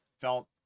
Felt